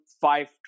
five